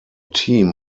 team